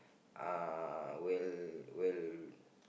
uh will will